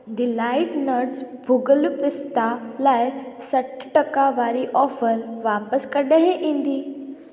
delight nuts भुगलु पिस्ता लाइ सठ टका वारी ऑफर वापसि कॾहिं ईंदी